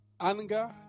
Anger